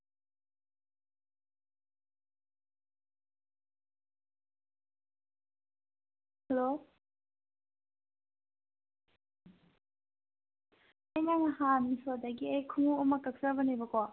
hello ꯑꯩꯅ ꯅꯍꯥꯟ ꯃꯤꯁꯣꯗꯒꯤ ꯑꯩ ꯈꯣꯡꯎꯞ ꯑꯃ ꯀꯛꯆꯕꯅꯦꯕꯀꯣ